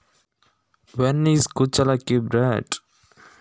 ಕುಚ್ಚಲಕ್ಕಿ ಯಾವ ಕಾಲದಲ್ಲಿ ಬೆಳೆಸುತ್ತಾರೆ?